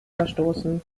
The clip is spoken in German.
verstoßen